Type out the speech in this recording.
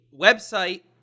website